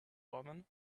wellman